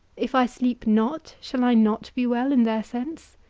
if i sleep not, shall i not be well in their sense?